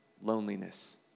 Loneliness